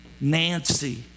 Nancy